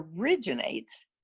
originates